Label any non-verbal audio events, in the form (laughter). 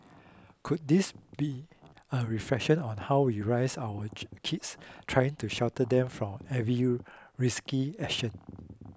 could this be a reflection on how we raise our (noise) kids trying to shelter them from every risky action